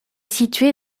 situé